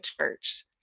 church